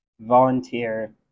volunteer